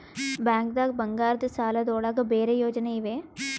ಬ್ಯಾಂಕ್ದಾಗ ಬಂಗಾರದ್ ಸಾಲದ್ ಒಳಗ್ ಬೇರೆ ಯೋಜನೆ ಇವೆ?